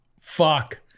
Fuck